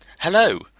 Hello